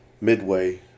Midway